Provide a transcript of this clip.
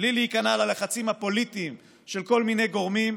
בלי להיכנע ללחצים הפוליטיים של כל מיני גורמים,